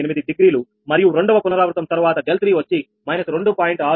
048 degree మరియు రెండవ పునరావృతం తరువాత 𝛿3 వచ్చి −2